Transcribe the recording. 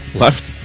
left